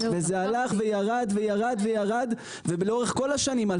זה הלך וירד לאורך השנים,